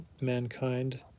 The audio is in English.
mankind